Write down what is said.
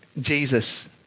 Jesus